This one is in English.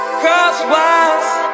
crosswise